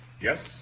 Yes